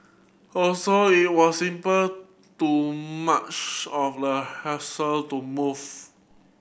also it was simple too much of a hassle to move